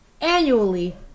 annually